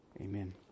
Amen